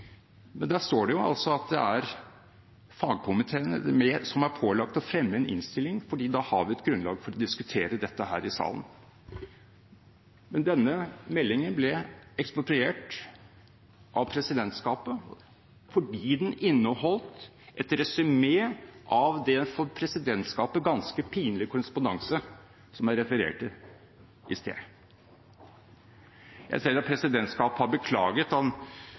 Men denne meldingen ble ekspropriert av presidentskapet fordi den inneholdt et resymé av den for presidentskapet ganske pinlige korrespondanse, som jeg refererte i sted. Jeg ser at presidentskapet har beklaget